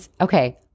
Okay